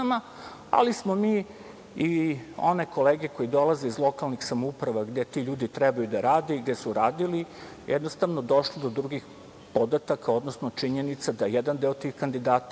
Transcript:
ali smo mi i one kolege koje dolaze iz lokalnih samouprava gde ti ljudi trebaju da rade i gde su radili jednostavno došli do drugih podataka, odnosno činjenica da jedan deo tih kandidata